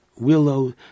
willow